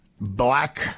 black